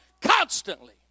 constantly